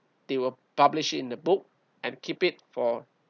they were published in the book and keep it for